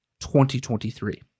2023